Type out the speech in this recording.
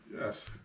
Yes